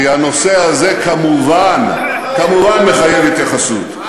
כי הנושא הזה כמובן מחייב התייחסות.